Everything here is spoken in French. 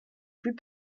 plus